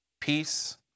peace